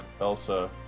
Elsa